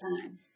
time